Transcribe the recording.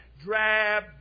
drab